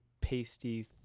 pasty